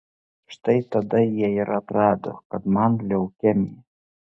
štai tada jie ir atrado kad man leukemija